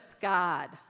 God